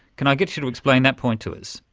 can i get you to explain that point to us?